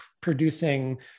producing